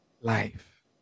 life